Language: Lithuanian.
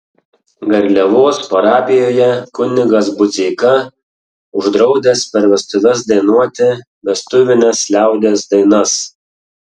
garliavos parapijoje kunigas budzeika uždraudęs per vestuves dainuoti vestuvines liaudies dainas